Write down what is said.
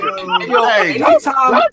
anytime